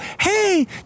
hey